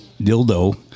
dildo